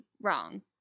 wrong